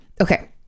Okay